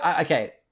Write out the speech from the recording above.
okay